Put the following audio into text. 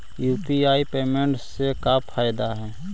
UPI payment से का फायदा है?